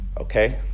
Okay